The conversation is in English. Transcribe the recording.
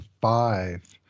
five